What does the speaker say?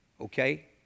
Okay